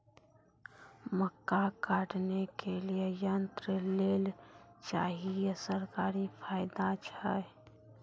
मक्का काटने के लिए यंत्र लेल चाहिए सरकारी फायदा छ?